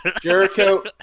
Jericho